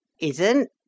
Isn't